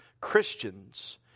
Christians